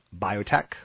biotech